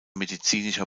medizinischer